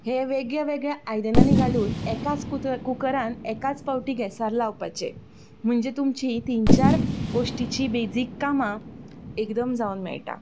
हे वेगळ्या वेगळ्या आयदनांनी घालून एकाच कुत कुकरान एकाच फावटी गेसार लावपाचें म्हणजे तुमची तीन चार गोश्टींची बेजीक कामां एकदम जावन मेळटा